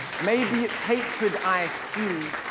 maybe it's hatred i spew,